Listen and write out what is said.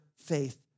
faith